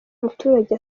umuturage